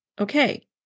okay